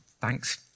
thanks